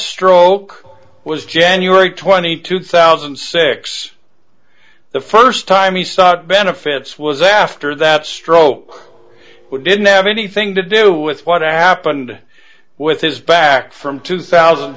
stroke was january twenty two thousand and six the first time he saw benefits was after that stroke we didn't have anything to do with what happened with his back from two thousand